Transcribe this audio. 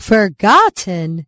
Forgotten